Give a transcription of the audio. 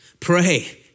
Pray